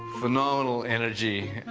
phenomenal energy.